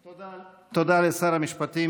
תוכנית העבודה הרב-שנתית, תנופה,